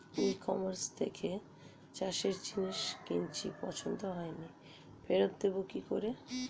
ই কমার্সের থেকে চাষের জিনিস কিনেছি পছন্দ হয়নি ফেরত দেব কী করে?